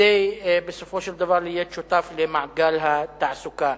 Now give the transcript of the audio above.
כדי בסופו של דבר להיות שותף למעגל התעסוקה.